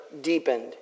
deepened